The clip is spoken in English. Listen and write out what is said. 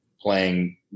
playing